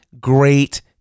great